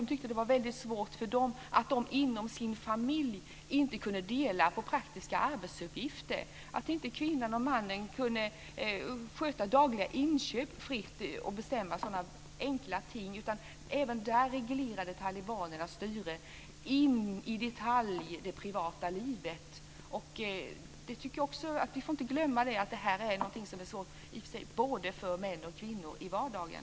De tyckte att det var väldigt svårt att kvinnorna och männen inom sina familjer inte kunde dela på praktiska arbetsuppgifter. Kvinnorna och männen kunde inte sköta sina dagliga inköp fritt och bestämma sådana enkla ting. Även där reglerade talibanerna, och de styrde in i detalj det privata livet. Vi får inte glömma att det här är någonting som gäller för både män och kvinnor i vardagen.